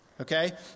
Okay